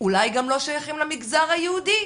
אולי גם לא שייכים למגזר היהודי,